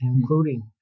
including